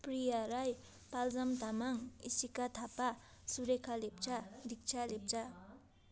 Priya Rai Taljam Tamang Isika Thapa Surekha Lepcha Diksha Lepcha